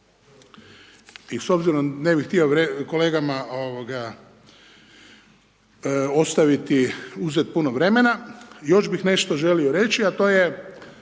I s obzirom, ne bi htio kolegama uzeti puno vremena, još bih nešto želio reći a to je